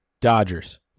Dodgers